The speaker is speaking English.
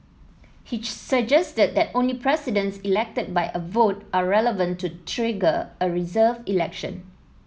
he suggested that only presidents elected by a vote are relevant to trigger a reserved election